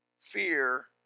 fear